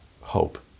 hope